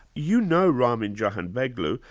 you know ramin jahanbegloo,